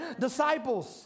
disciples